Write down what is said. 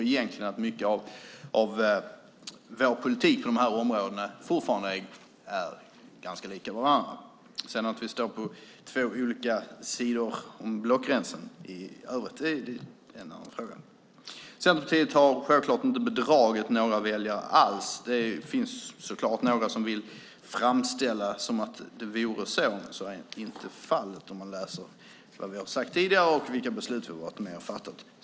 Egentligen är nog mycket av våra partiers politik på de här områdena fortfarande ganska lika. Att vi sedan över tid i en och annan fråga står på var sin sida om blockgränsen är en annan sak. Centerpartiet har självklart inte alls bedragit några väljare. Givetvis finns det några som vill framställa det som att vi gjorde det, men så är inte fallet. Det framgår om man tar del av vad vi tidigare sagt och av de beslut som vi varit med på.